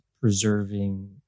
preserving